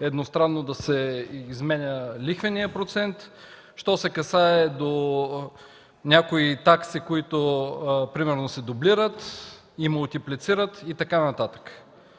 едностранно да се изменя лихвеният процент, що се касае до някои такси, които примерно се дублират и мултиплицират и така нататък.